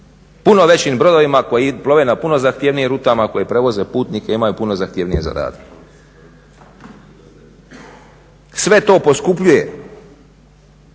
puno većim brodovima koji plove na puno zahtjevnijim rutama, koji prevoze putnike, imaju puno zahtjevnije zadatke. Sve to poskupljuje